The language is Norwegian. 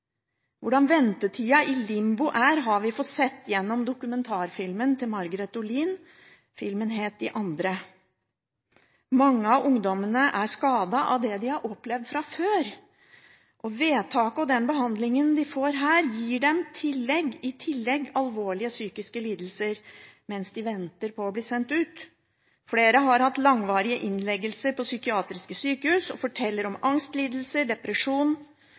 Hvordan ventetida i limbo er, har vi fått sett gjennom dokumentarfilmen til Margreth Olin. Filmen het «De andre». Mange av ungdommene er skadet av det de har opplevd fra før, og vedtaket og den behandlingen de får her, gir dem i tillegg alvorlige psykiske lidelser mens de venter på å bli sendt ut. Flere har hatt langvarige innleggelser på psykiatriske sykehus og forteller om angstlidelser